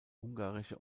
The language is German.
ungarische